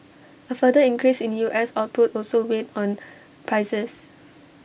A further increase in us output also weighed on prices